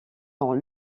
dans